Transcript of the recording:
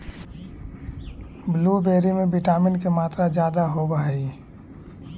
blueberry में vitamin के मात्रा जादे होब हई